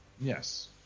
Yes